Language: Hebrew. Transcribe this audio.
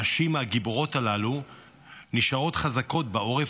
הנשים הגיבורות הללו נשארות חזקות בעורף